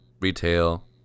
retail